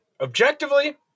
Objectively